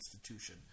institution